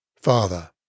Father